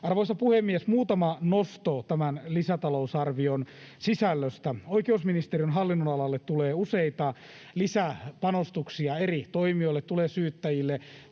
Arvoisa puhemies! Muutama nosto tämän lisätalousarvion sisällöstä. Oikeusministeriön hallinnonalalle tulee useita lisäpanostuksia eri toimijoille: tulee syyttäjille,